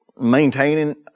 maintaining